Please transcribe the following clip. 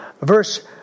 Verse